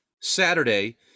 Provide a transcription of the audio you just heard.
Saturday